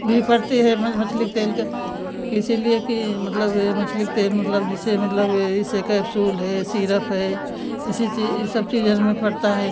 भी पड़ती है मछली के तेल के कि इसीलिए कि मतलब यह मछली के तेल मतलब जैसे मतलब यह इसे कैप्सूल है सीरप है इसी चीज़ ई सब चीज़ों में पड़ता है